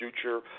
future